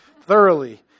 thoroughly